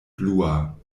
blua